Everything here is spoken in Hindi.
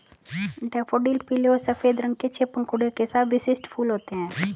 डैफ़ोडिल पीले और सफ़ेद रंग के छह पंखुड़ियों के साथ विशिष्ट फूल होते हैं